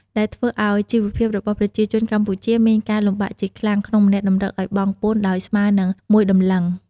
ដែលធ្វើឱ្យជីវភាពរបស់ប្រជាជនកម្ពុជាមានការលំបាកជាខ្លាំង ក្នុងម្នាក់តម្រូវឱ្យបង់ពន្ធ ដោយស្មើនិង ១តម្លឹង។